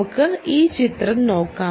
നമുക്ക് ഈ ചിത്രം നോക്കാം